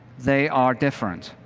they are different,